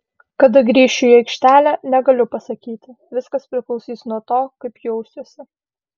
kada grįšiu į aikštelę negaliu pasakyti viskas priklausys nuo to kaip jausiuosi